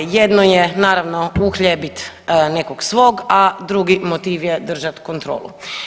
Jedno je naravno uhljebiti nekog svog, a drugi motiv je držat kontrolu.